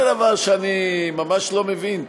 זה דבר שאני ממש לא מבין.